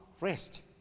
rest